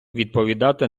відповідати